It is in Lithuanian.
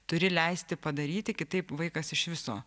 turi leisti padaryti kitaip vaikas iš viso